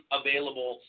available